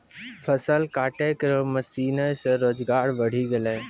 फसल काटै केरो मसीन सें रोजगार बढ़ी गेलै